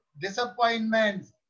disappointments